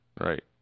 Right